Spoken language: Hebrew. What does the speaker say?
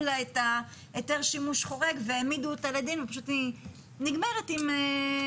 לה את היתר השימוש החורג והעמידו אותה לדין ופשוט היא נגמרת עם,